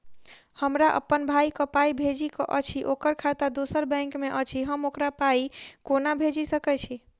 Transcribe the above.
हमरा अप्पन भाई कऽ पाई भेजि कऽ अछि, ओकर खाता दोसर बैंक मे अछि, हम ओकरा पाई कोना भेजि सकय छी?